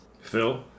Phil